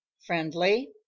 friendly